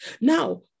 Now